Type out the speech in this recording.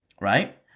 Right